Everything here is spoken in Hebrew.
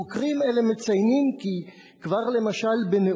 חוקרים אלה מציינים למשל כי כבר בנעוריו,